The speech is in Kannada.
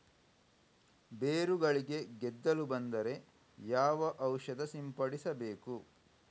ಬೇರುಗಳಿಗೆ ಗೆದ್ದಲು ಬಂದರೆ ಯಾವ ಔಷಧ ಸಿಂಪಡಿಸಬೇಕು?